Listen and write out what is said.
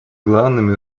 главными